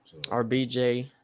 RBJ